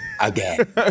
again